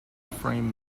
frame